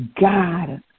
God